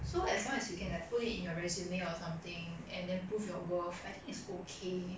so as long as you can like put it in your resume or something and then prove your worth I think it's okay